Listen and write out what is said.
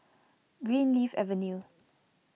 Greenleaf Avenue